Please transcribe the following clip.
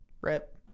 Rip